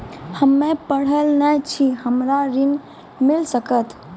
हम्मे पढ़ल न छी हमरा ऋण मिल सकत?